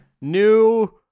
new